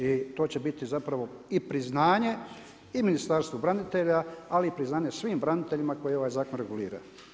I to će biti zapravo i priznanje i Ministarstvu branitelja ali i priznanje svim braniteljima koji ovaj zakon regulira.